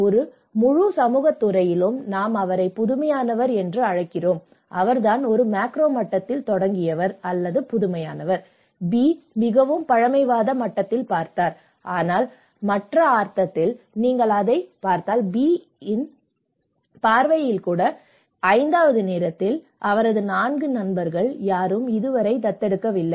ஒரு முழு சமூகத் துறையிலும் நாம் அவரை புதுமையானவர் என்று அழைக்கலாம் அவர்தான் ஒரு மேக்ரோ மட்டத்தில் தொடங்கியவர் அல்லது புதுமையானவர் பி மிகவும் பழமைவாத மட்டத்தில் பார்த்தார் ஆனால் மற்ற அர்த்தத்தில் நீங்கள் அதைப் பார்த்தால் பி இன் பார்வையில் கூட நேரம் 5 அவரது 4 நண்பர்களில் யாரும் இதுவரை தத்தெடுக்கவில்லை